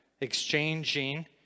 Exchanging